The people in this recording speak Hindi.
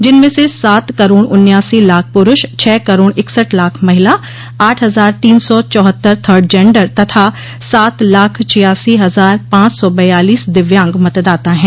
जिनमें से सात करोड़ उन्यासी लाख पुरूष छह करोड़ इकसठ लाख महिला आठ हजार तीन सौ चौहत्तर थर्ड जेन्डर तथा सात लाख छियासी हजार पांच सौ बयालीस दिव्यांग मतदाता हैं